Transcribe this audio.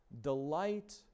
delight